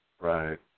Right